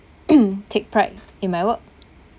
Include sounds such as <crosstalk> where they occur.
<coughs> take pride in my work